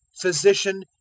physician